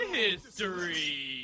history